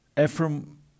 Ephraim